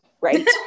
right